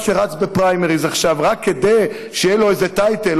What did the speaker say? שרץ בפריימריז עכשיו רק כדי שיהיה לו איזה טייטל,